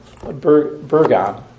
Bergon